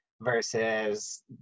versus